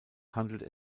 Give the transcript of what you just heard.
handelt